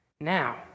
Now